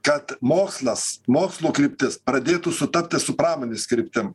kad mokslas mokslo kryptis pradėtų sutapti su pramonės kryptim